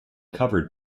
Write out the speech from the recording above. covered